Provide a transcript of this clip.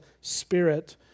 spirit